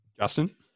Justin